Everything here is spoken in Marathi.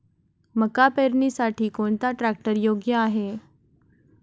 मका पेरणीसाठी कोणता ट्रॅक्टर योग्य आहे?